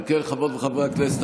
אם כן חברות וחברי הכנסת,